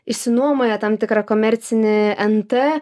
išsinuomoja tam tikrą komercinį nt